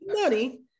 money